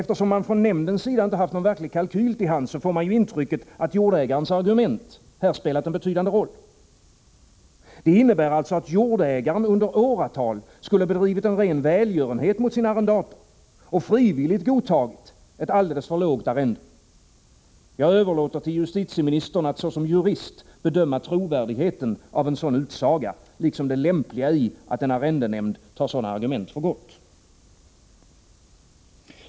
Eftersom nämnden inte haft någon verklig kalkyl till hands, får man ju intrycket att jordägarens argument här spelat en betydande roll. Det innebär alltså att jordägaren under åratal skulle ha bedrivit ren välgörenhet mot sin arrendator och frivilligt godtagit ett alldeles för lågt arrende. Jag överlåter till justitieministern att såsom jurist bedöma trovärdigheten av en sådan utsaga liksom det lämpliga i att en arrendenämnd tar sådana argument för gott.